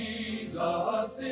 Jesus